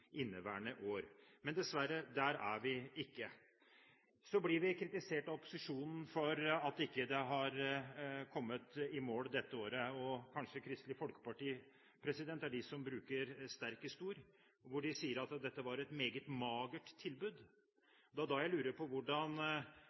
inneværende år. Men dessverre – der er vi ikke. Så blir vi kritisert av opposisjonen for at en ikke har kommet i mål dette året, og kanskje spesielt av Kristelig Folkeparti – det er de som bruker sterkest ord – hvor de sier at dette var et meget «magert tilbud». Det er da jeg lurer på hvordan